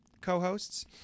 co-hosts